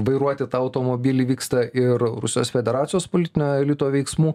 vairuoti tą automobilį vyksta ir rusijos federacijos politinio elito veiksmų